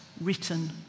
written